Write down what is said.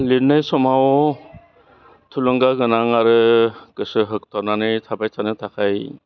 लिरनाय समाव थुलुंगा गोनां आरो गोसो होगथाबनानै थाबाय थानो थाखाय